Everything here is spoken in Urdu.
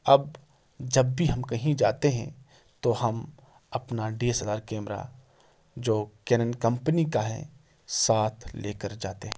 اب جب بھی ہم کہیں جاتے ہیں تو ہم اپنا ڈی ایس ایل آر کیمرہ جو کینن کمپنی کا ہے ساتھ لے کر جاتے ہیں